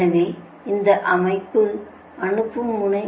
எனவே இந்தப் பக்கம் அனுப்பும் முனை